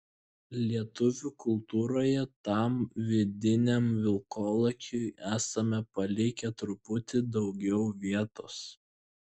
lietuvių kultūroje tam vidiniam vilkolakiui esame palikę truputį daugiau vietos